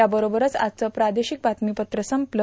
याबरोबरच आजचं प्रादेशिक बातमीपत्र संपलं